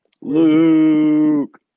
Luke